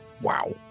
Wow